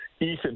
Ethan